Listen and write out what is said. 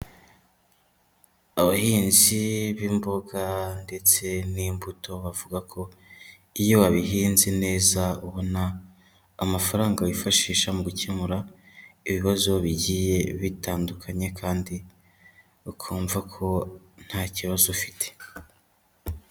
Abahinzi b'imboga ndetse n'imbuto bavuga ko iyo wabihinze neza ubona amafaranga wifashisha mu gukemura ibibazo bigiye bitandukanye kandi ukumva ko nta kibazo ufite.